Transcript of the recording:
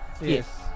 Yes